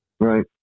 Right